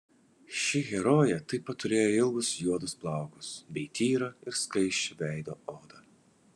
ši herojė taip pat turėjo ilgus juodus plaukus bei tyrą ir skaisčią veido odą